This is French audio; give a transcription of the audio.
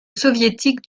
soviétique